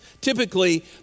typically